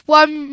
one